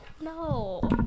No